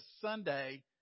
Sunday